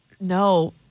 No